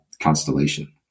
constellation